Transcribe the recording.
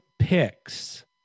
picks